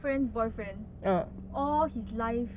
friend's boyfriend all his life